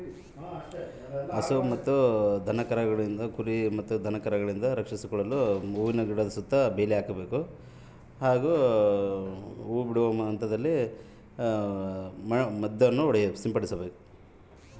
ಹೂ ಬಿಡುವ ಹಂತದಲ್ಲಿ ತೆಗೆದುಕೊಳ್ಳಬೇಕಾದ ಮುನ್ನೆಚ್ಚರಿಕೆಗಳನ್ನು ತಿಳಿಸಿ?